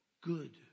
good